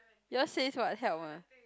yours says what help ah